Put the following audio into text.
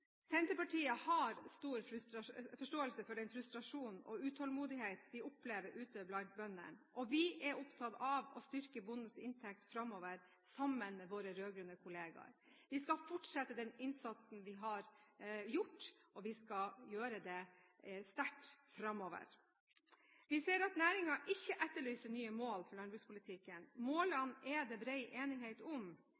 Senterpartiet har stor forståelse for den frustrasjonen og utålmodigheten vi opplever ute blant bøndene, og vi er opptatt av å styrke bondens inntekt framover sammen med våre rød-grønne kolleger. Vi skal fortsette innsatsen vi har gjort, og vi skal gjøre det sterkt framover. Vi ser at næringen ikke etterlyser nye mål for landbrukspolitikken